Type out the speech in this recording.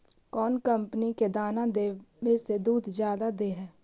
कौन कंपनी के दाना देबए से दुध जादा दे है?